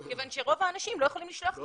כוון שרוב האנשים לא יכולים לשלוח מייל.